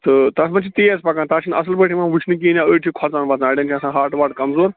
تہٕ تَتھ منٛز چھِ تیز پَکان تَتھ چھِنہٕ اَصٕل پٲٹھۍ یِوان وُچھنہٕ کِہیٖنۍ حظ أڑۍ چھِ کھۄژان وۄژان اَڑٮ۪ن چھِ آسان ہارٹ واٹ کمزور